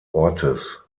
ortes